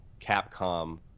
Capcom